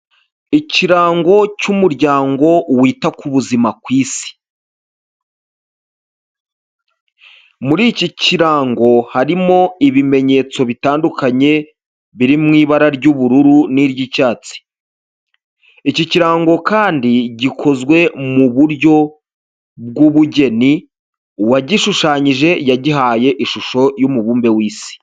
Ikirango cy'umuryango wita k'ubuzima ku Isi. Muri iki kirango harimo ibimenyetso bitandukanye biri mu ry'ubururu n'iry'icyatsi. Iki kirango kandi gikozwe mu buryo bw'ubugeni, uwagishushanyije yagihaye ishusho y'umubumbe w'Isi.